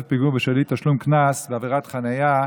פיגור בשל אי-תשלום קנס בעבירת חניה),